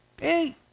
Hey